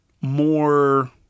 more